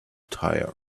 tire